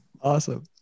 awesome